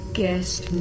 guest